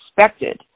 expected